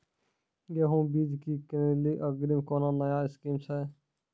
गेहूँ बीज की किनैली अग्रिम कोनो नया स्कीम छ?